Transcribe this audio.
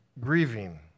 grieving